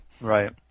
Right